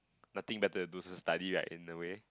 nothing better to do so study right in the way